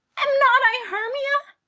am not i hermia?